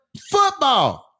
football